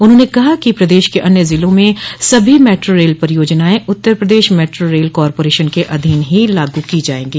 उन्होंने कहा है कि प्रदेश के अन्य जिलों में सभी मेट्रो रेल परियोजनाएं Uttar Pradesh metro rail corporation के अधीन ही लागू की जायें गी